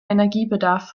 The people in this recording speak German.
energiebedarf